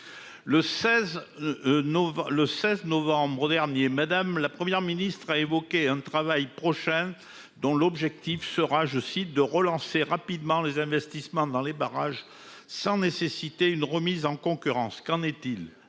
le 16 novembre dernier, madame, la Première ministre a évoqué un travail prochain dont l'objectif sera, je cite, de relancer rapidement les investissements dans les barrages sans nécessiter une remise en concurrence, qu'en est-il